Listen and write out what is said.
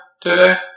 today